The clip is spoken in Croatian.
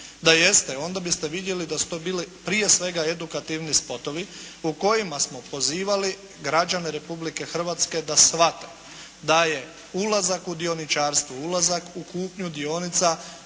onda biste vidjeli da su to bili prije svega edukativni spotovi u kojima smo pozivali građane Republike Hrvatske da shvate da je ulazak u dioničarstvo, ulazak u kupnju dionica